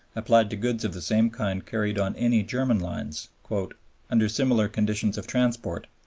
applied to goods of the same kind carried on any german lines under similar conditions of transport,